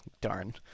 darn